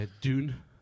Dune